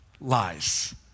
Lies